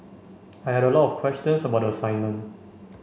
I had a lot of questions about the assignment